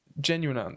genuine